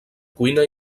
cuina